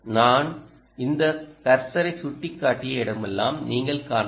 நான் என் கர்சரை சுட்டிக்காட்டிய இடத்தின் மேல் பக்கத்தை நீங்கள் காணலாம்